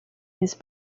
his